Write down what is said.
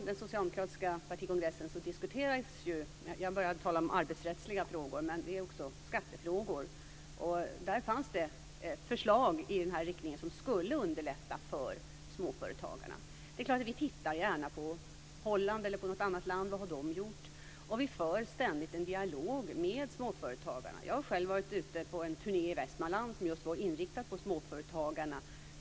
Herr talman! Jag började med att tala om arbetsrättsliga frågor, men på den socialdemokratiska partikongressen diskuterades också skattefrågor. Där fanns det förslag i den här riktningen som skulle underlätta för småföretagarna. Vi tittar gärna på Holland eller något annat land för att se vad de har gjort. Vi för ständigt en dialog med småföretagarna. Jag har själv varit ute i tre dagar på en turné i Västmanland som just var inriktad på småföretagarna.